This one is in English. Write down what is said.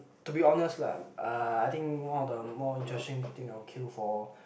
to be honest lah uh I think one of the more interesting thing I will queue for